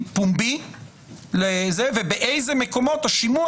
פומבי לשופטים ובאיזה מקומות השימוע